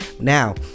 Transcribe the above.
now